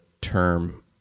term